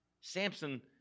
Samson